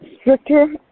stricter